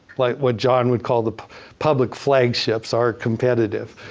like what john would call the public flagships are competitive.